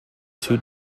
two